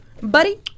buddy